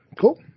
Cool